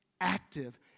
active